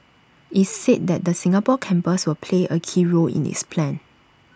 IT said that the Singapore campus will play A key role in its plan